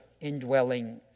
indwelling